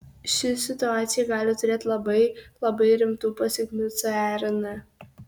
ši situacija gali turėti labai labai rimtų pasekmių cern